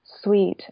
sweet